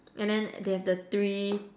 and then they have the three